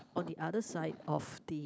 on the other side of the